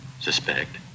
Suspect